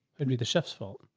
it'd be the chef's fault.